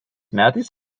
metais